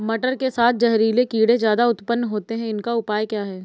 मटर के साथ जहरीले कीड़े ज्यादा उत्पन्न होते हैं इनका उपाय क्या है?